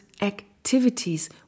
activities